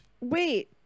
Wait